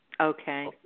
Okay